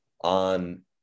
on